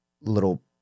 little